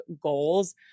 goals